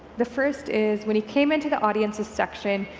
the first is when he came into the audience's section,